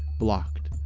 blocked.